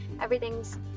everything's